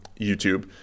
YouTube